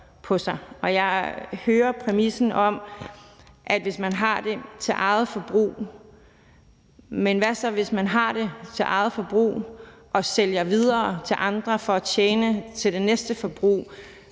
sagt om præmissen om, at man har det til eget forbrug, men hvad så, hvis man har det til eget forbrug og sælger videre til andre for at tjene til det næste,